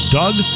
Doug